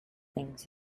things